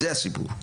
זה הסיפור.